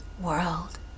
World